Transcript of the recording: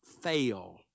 fail